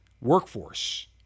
workforce